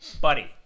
buddy